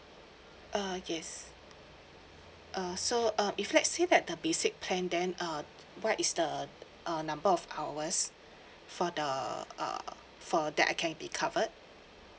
uh yes uh so uh if let's say that the basic plan then um what is the err number of hours for the uh for that I can be covered